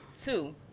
Two